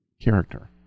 character